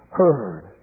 heard